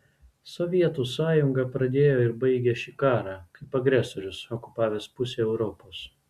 sovietų sąjunga pradėjo ir baigė šį karą kaip agresorius okupavęs pusę europos